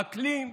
האקלים,